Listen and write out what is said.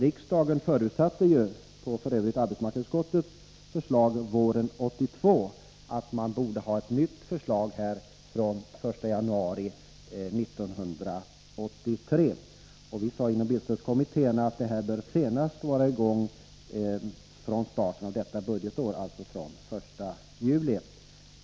Riksdagen förutsatte våren 1982, f. ö. på arbetsmarknadsutskottets förslag, att vi borde ha fått ett nytt förslag här i kammaren den 1 januari 1983. Vi sade inom bilstödskommittén, att förslaget borde vara genomfört i och med början av detta budgetår, alltså från den 1 juli i år.